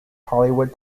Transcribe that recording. hollywood